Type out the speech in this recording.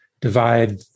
divide